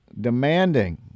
demanding